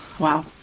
Wow